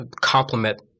complement